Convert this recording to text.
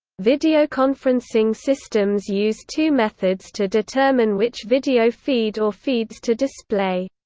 videoconferencing systems use two methods to determine which video feed or feeds to display.